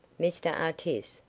mr artis,